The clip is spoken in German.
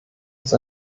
ist